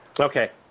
Okay